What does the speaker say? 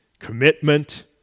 Commitment